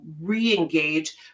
re-engage